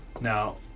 Now